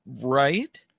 right